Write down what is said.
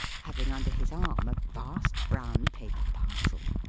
having under his arm a vast brown paper parcel.